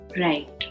Right